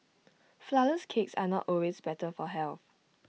Flourless Cakes are not always better for health